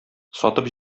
сатып